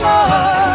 more